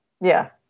Yes